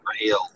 real